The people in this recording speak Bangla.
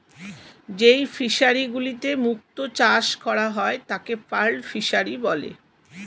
যেই ফিশারি গুলিতে মুক্ত চাষ করা হয় তাকে পার্ল ফিসারী বলে